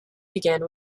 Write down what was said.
began